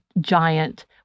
giant